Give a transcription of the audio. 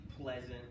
pleasant